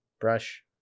Brush